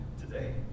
today